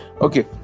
Okay